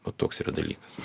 va toks yra dalykas